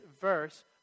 verse